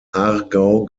aargau